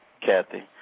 Kathy